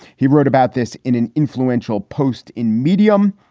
he wrote about this in an influential post in medium.